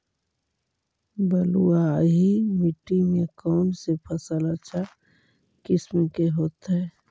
बलुआही मिट्टी में कौन से फसल अच्छा किस्म के होतै?